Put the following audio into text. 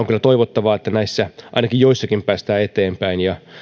kyllä toivottavaa että ainakin näissä joissakin päästään eteenpäin